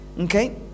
Okay